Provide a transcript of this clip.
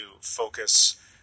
focus